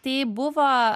tai buvo